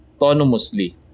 autonomously